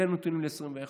אלה הנתונים ל-2021.